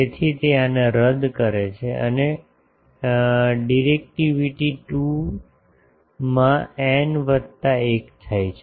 તેથી તે આને રદ કરે છે અને ડિરેકટીવીટી 2 માં n વત્તા 1 થાય છે